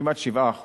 כמעט 7%,